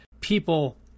people